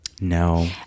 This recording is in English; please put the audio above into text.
No